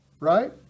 right